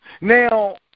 Now